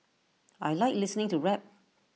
I Like listening to rap